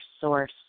source